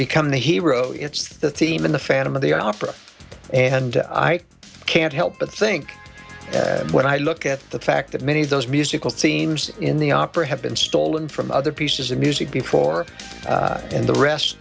become the hero it's the theme in the phantom of the opera and i can't help but think when i look at the fact that many of those musical themes in the opera have been stolen from other pieces of music before and the rest